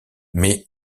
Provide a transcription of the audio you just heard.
mais